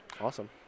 Awesome